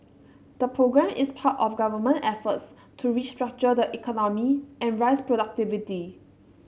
the programme is part of government efforts to restructure the economy and raise productivity